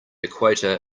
equator